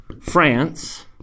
France